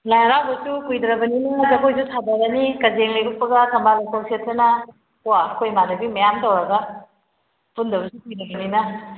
ꯂꯥꯏ ꯍꯔꯥꯎꯕꯁꯨ ꯀꯨꯏꯗ꯭ꯔꯕꯅꯤꯅ ꯖꯒꯣꯏꯁꯨ ꯁꯥꯊꯔꯅꯤ ꯀꯖꯦꯡ ꯂꯩ ꯎꯞꯄꯒ ꯊꯝꯕꯥꯜ ꯂꯩꯈꯣꯛ ꯁꯦꯠꯇꯅ ꯀꯣ ꯑꯩꯈꯣꯏ ꯏꯃꯥꯟꯅꯕꯤ ꯃꯌꯥꯝ ꯇꯧꯔꯒ ꯄꯨꯟꯗꯕꯁꯨ ꯀꯨꯏꯔꯕꯅꯤꯅ